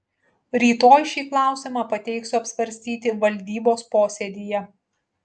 rytoj šį klausimą pateiksiu apsvarstyti valdybos posėdyje